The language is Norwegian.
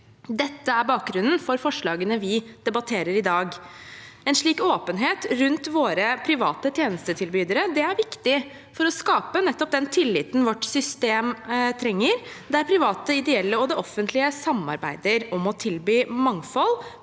Dette er bakgrunnen for forslagene vi debatterer i dag. En slik åpenhet rundt våre private tjenestetilbydere er viktig for å skape nettopp den tilliten vårt system trenger, der private, ideelle og det offentlige samarbeider om å tilby mangfold,